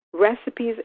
recipes